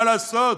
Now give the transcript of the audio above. מה לעשות.